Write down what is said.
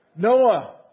Noah